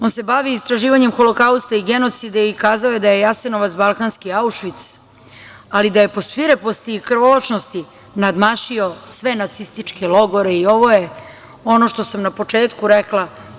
On se bavi istraživanjem Holokausta i genocida i kazao je da je Jasenovac balkanski Aušvic, ali da je po svireposti i krvoločnosti nadmašio sve nacističke logore i ovo je ono što sam na početku rekla.